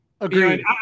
Agreed